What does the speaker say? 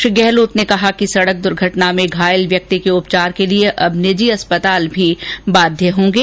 श्री गहलोत ने कहा कि सड़क दुर्घटना में घायल व्यक्ति के उपचार के लिए अब निजी अस्पताल भी बाध्य होंगे